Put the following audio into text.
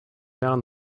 down